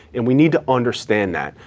and we need to understand that.